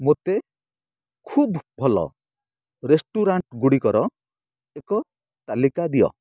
ମୋତେ ଖୁବ୍ ଭଲ ରେଷ୍ଟୁରାଣ୍ଟ୍ ଗୁଡ଼ିକର ଏକ ତାଲିକା ଦିଅ